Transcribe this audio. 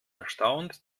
erstaunt